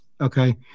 Okay